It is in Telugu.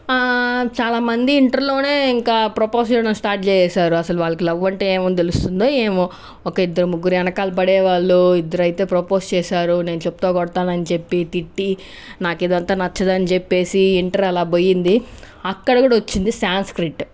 చాలామంది ఇంటర్లో ఇంకా ప్రపోసల్స్ అని స్టార్ట్ చేశారు అసలు వాళ్ళకి లవ్ అంటే ఏమో తెలుస్తుంది ఏమో ఒక ఇద్దరు ముగ్గురు వెనకాల పడేవాళ్ళు ఇద్దరైతే ప్రపోస్ చేశారు నేను చెప్పుతో కొడతానని చెప్పి తిట్టి నాకు ఇదంతా నచ్చదని చెప్పి ఇంటర్ అలా పొయ్యింది అక్కడ కూడా వచ్చింది సాంస్క్రీట్